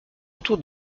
autour